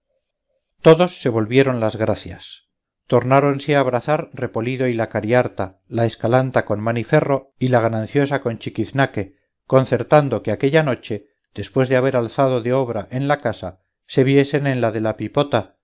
tornáronse a abrazar repolido y la cariharta la escalanta con maniferro y la gananciosa con chiquiznaque concertando que aquella noche después de haber alzado de obra en la casa se viesen en la de la pipota